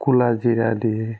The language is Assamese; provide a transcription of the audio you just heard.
ক'লা জীৰা দিয়ে